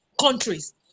countries